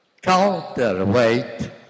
counterweight